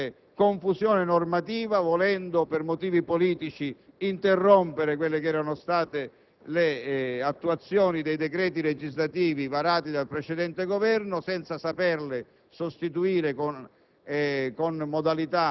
Ha creato solamente confusione normativa volendo, per motivi politici, interrompere le attuazioni dei decreti legislativi varati dal precedente Governo senza saperle sostituire con